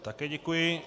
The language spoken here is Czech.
Také děkuji.